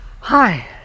Hi